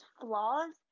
flaws